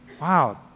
wow